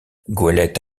goélette